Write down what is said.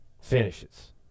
finishes